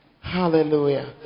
Hallelujah